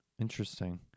interesting